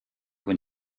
when